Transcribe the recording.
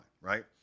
right